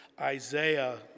Isaiah